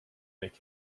make